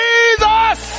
Jesus